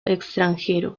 extranjero